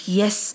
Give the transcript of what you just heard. yes